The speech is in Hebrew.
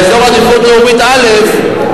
באזור עדיפות לאומית א',